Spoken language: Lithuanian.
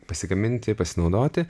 pasigaminti pasinaudoti